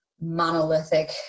monolithic